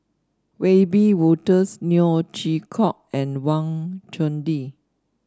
Wiebe Wolters Neo Chwee Kok and Wang Chunde